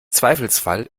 zweifelsfall